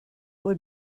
would